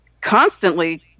constantly